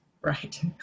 Right